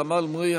ע'דיר כאמל מריח',